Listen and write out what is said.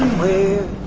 we